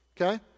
Okay